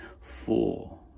four